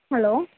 hello